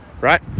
right